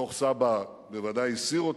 דוח-סבא"א בוודאי הסיר אותו.